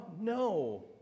No